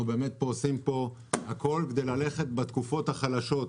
אנחנו עושים פה הכול כדי ללכת בתקופות החלשות.